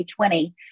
2020